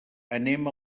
anem